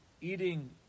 Eating